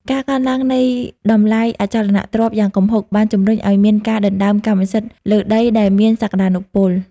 ការកើនឡើងនៃតម្លៃអចលនទ្រព្យយ៉ាងគំហុក បានជំរុញឱ្យមានការដណ្ដើមកម្មសិទ្ធិលើដីដែលមានសក្ដានុពល។